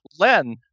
Len